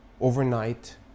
overnight